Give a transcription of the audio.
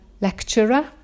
lecturer